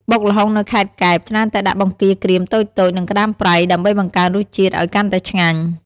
បុកល្ហុងនៅខេត្តកែប ច្រើនតែដាក់បង្គាក្រៀមតូចៗ និងក្តាមប្រៃ ដើម្បីបង្កើនរសជាតិឱ្យកាន់តែឆ្ងាញ់។